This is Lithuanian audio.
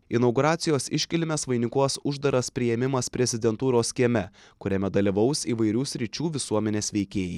inauguracijos iškilmes vainikuos uždaras priėmimas prezidentūros kieme kuriame dalyvaus įvairių sričių visuomenės veikėjai